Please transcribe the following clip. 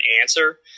answer